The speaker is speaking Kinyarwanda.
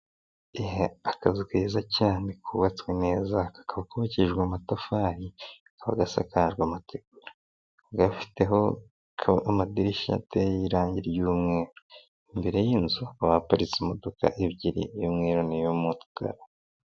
Akazu keza cyane kubatswe neza kakaba kubakijwe amatafari kakaba gasakajwe amategura, gafiteho amadirishya ateye irange ry'umweru, imbere y'inzu hakaba haparitse imodoka ebyiri iy'umweru n'iy'umukara.